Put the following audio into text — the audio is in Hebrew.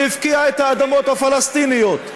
שהפקיע את האדמות הפלסטיניות,